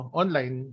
online